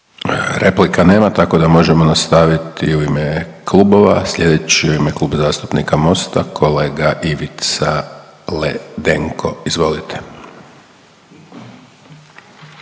Replika nema tako da možemo nastaviti u ime klubova. Sljedeći u ime Kluba zastupnika Mosta, kolega Ivica Ledenko, izvolite.